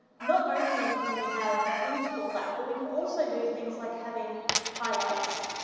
not only can we have image fallback, but we can also do things like having highlights,